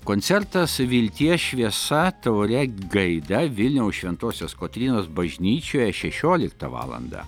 koncertas vilties šviesa tauria gaida vilniaus šventosios kotrynos bažnyčioje šešioliktą valandą